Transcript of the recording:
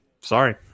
Sorry